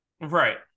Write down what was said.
right